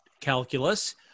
calculus